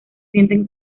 siente